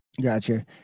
Gotcha